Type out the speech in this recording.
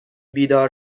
بیدار